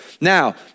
Now